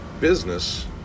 business